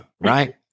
right